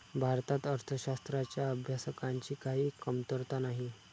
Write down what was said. भारतात अर्थशास्त्राच्या अभ्यासकांची काही कमतरता नाही